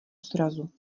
srazu